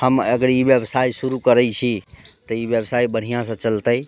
हम अगर ई व्यवसाय शुरू करैत छी तऽ ई व्यवसाय बढ़िआँसँ चलतै